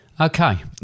Okay